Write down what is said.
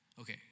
Okay